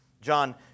John